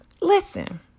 Listen